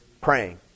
praying